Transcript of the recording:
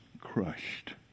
Crushed